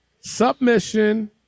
submission